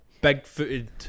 big-footed